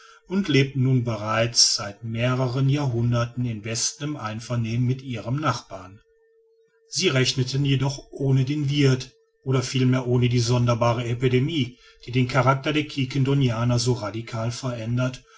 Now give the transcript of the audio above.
und lebten nun bereits seit mehreren jahrhunderten im besten einvernehmen mit ihren nachbarn sie rechneten jedoch ohne den wirth oder vielmehr ohne die sonderbare epidemie die den charakter der quiquendonianer so radical verändert